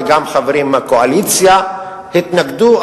וגם חברים מהקואליציה התנגדו,